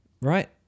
right